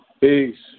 Peace